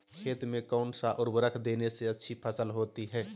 खेत में कौन सा उर्वरक देने से अच्छी फसल होती है?